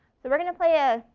so we're going to play a,